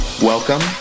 Welcome